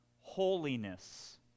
Holiness